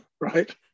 right